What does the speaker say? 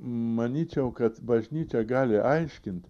manyčiau kad bažnyčia gali aiškint